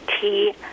tea